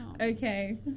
Okay